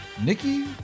Nikki